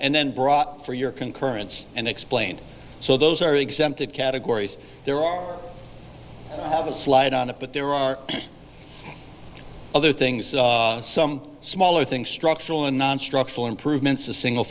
and then brought for your concurrence and explained so those are exempted categories there are a slide on it but there are other things some smaller things structural and nonstructural improvements to single